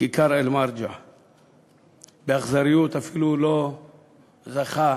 כיכר אל-מרג'ה, באכזריות, אפילו לא זכה